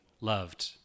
loved